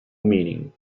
meaning